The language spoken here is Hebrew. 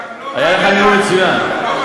היה לך נאום מצוין.